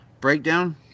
breakdown